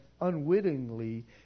unwittingly